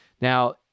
Now